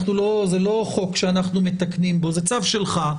זה לא חוק שאנחנו מתקנים בו, זה צו שלך,